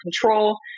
control